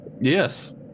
Yes